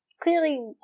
clearly